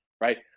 right